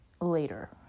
later